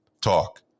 talk